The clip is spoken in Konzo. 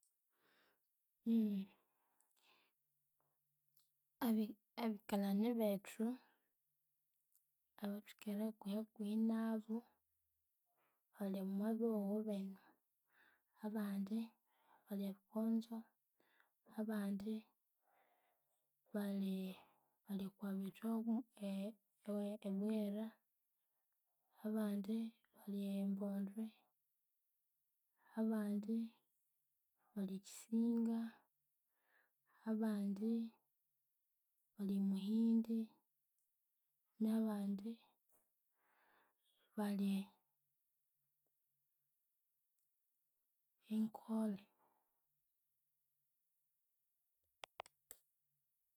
abi- abikalani bethu abathwikere hakuhi hakuhi nabu halyo omwabihughu binu abandi bali ebukonzo, abandi bali baliokwabithwa ebwera, abandi bali embondwe, abandi bali e kyisinga, abandi bali e muhindi nabandi balie enkole